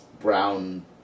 brown